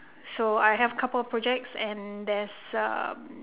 so I have a couple of projects and there's a uh